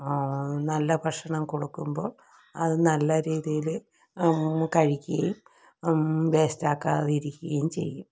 ആ നല്ല ഭക്ഷണം കൊടുക്കുമ്പോൾ അത് നല്ല രീതിയിൽ കഴിക്കേം വേസ്റ്റാക്കാതെ ഇരിക്കേം ചെയ്യും